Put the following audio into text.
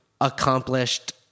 accomplished